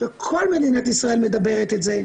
שכל מדינת ישראל מדברת את זה,